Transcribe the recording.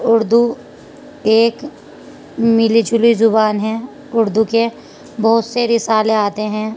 اردو ایک ملی جلی زبان ہے اردو کے بہت سے رسالے آتے ہیں